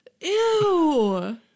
Ew